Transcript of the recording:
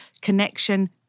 connection